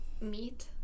meat